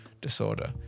disorder